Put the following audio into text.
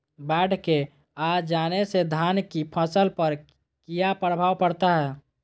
बाढ़ के आ जाने से धान की फसल पर किया प्रभाव पड़ता है?